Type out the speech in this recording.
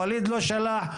ווליד לא שלח.